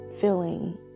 feeling